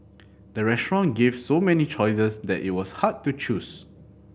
the restaurant gave so many choices that it was hard to choose